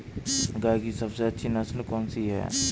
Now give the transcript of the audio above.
गाय की सबसे अच्छी नस्ल कौनसी है?